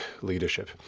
leadership